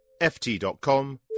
ft.com